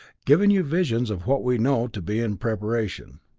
giving you visions of what we know to be in preparation.